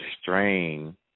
strain